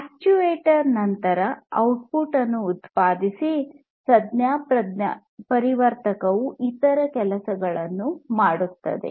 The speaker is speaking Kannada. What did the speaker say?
ಅಕ್ಚುಯೇಟರ್ ನಂತರ ಔಟ್ ಪುಟ್ ಅನ್ನು ಉತ್ಪಾದಿಸಿ ಸಂಜ್ಞಾಪರಿವರ್ತಕವು ಇತರ ಕೆಲಸವನ್ನು ಮಾಡುತ್ತವೆ